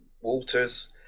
Walters